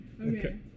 Okay